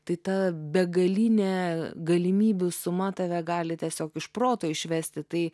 tai ta begalinė galimybių suma tave gali tiesiog iš proto išvesti tai